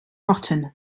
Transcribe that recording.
rotten